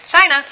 China